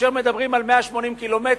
כאשר מדברים על 180 קילומטר,